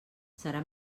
serà